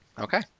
Okay